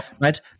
right